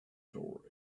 toward